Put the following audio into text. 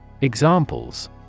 Examples